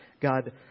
God